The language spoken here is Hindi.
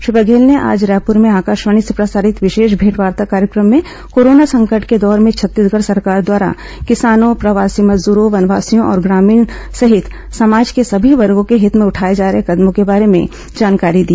श्री बघेल ने आज रायपुर में आकाशवाणी से प्रसारित विशेष भेंटवार्ता कार्यक्रम में कोरोना संकट के दौर में छत्तीसगढ़ सरकार द्वारा किसानों प्रवासी मजदूरों वनवासियों और ग्रामीणों सहित समाज के सभी वर्गों के हित भें उठाए जा रहे कदमों के बारे में जानकारी दी